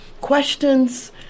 questions